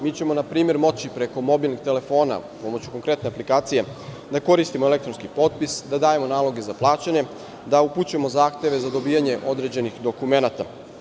Mi ćemo, na primer, moći preko mobilnih telefona, pomoću konkretne aplikacije, da koristimo elektronski potpis, da dajemo naloge za plaćanje, da upućujemo zahteve za dobijanje određenih dokumenata.